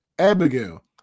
Abigail